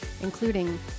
including